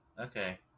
Okay